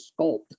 sculpt